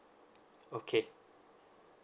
okay